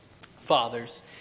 fathers